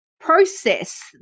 process